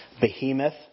behemoth